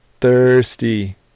thirsty